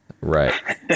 Right